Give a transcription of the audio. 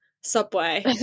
subway